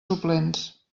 suplents